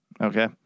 Okay